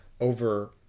over